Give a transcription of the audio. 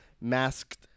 masked